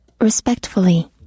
Respectfully